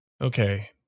Okay